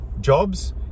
jobs